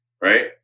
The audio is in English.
right